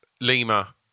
Lima